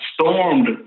stormed